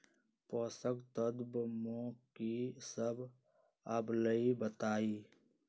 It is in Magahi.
पोषक तत्व म की सब आबलई बताई?